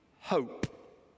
hope